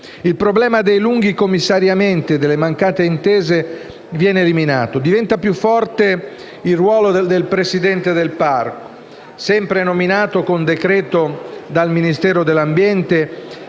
Il problema dei lun- ghi commissariamenti e delle mancate intese viene eliminato, diventa più forte il ruolo del Presidente del parco, sempre nominato con decreto dal Ministero dell’ambiente